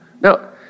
Now